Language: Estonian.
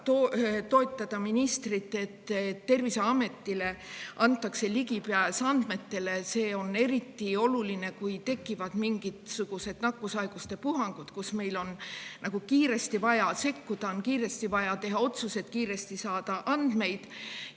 toetada ministrit ka selles, et Terviseametile antakse ligipääs andmetele. See on eriti oluline, kui tekivad mingisugused nakkushaiguste puhangud, kus on kiiresti vaja sekkuda, on kiiresti vaja teha otsuseid, kiiresti saada andmeid.